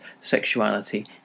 sexuality